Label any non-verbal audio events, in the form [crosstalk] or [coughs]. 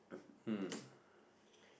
[coughs] mm [breath]